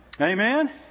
Amen